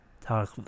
talk